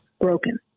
broken